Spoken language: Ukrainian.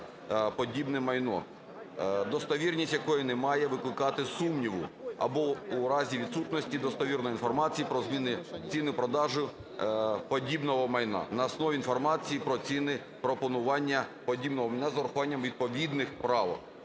подібне майно, достовірність якої не має викликати сумніву, або у разі відсутності достовірної інформації про зміни ціни продажу подібного майна, на основі інформації про ціни пропонування подібного майна з урахуванням відповідних правок.